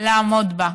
לעמוד בה.